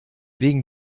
wegen